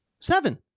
Seven